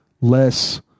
less